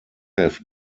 have